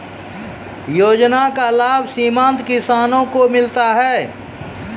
योजना का लाभ सीमांत किसानों को मिलता हैं?